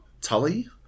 Tully